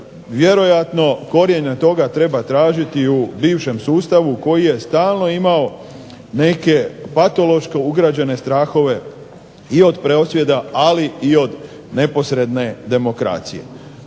Vjerojatno korijene toga treba tražiti i u bivšem sustavu koji je stalno imao neke patološke ugrađene strahove i od prosvjeda ali i od neposredne demokracije.